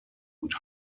und